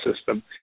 system